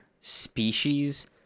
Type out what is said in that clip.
species